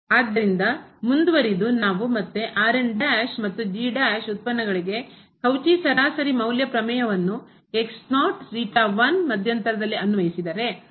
ಆದ್ದರಿಂದ ಮುಂದುವರಿದು ನಾವು ಮತ್ತೆ ಮತ್ತು ಉತ್ಪನ್ನಗಳಿಗೆ ಕೌಚಿ ಸರಾಸರಿ ಮೌಲ್ಯ ಪ್ರಮೇಯವನ್ನು ಮಧ್ಯಂತರದಲ್ಲಿ ಅನ್ವಯಿಸಿದರೆ